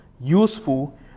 useful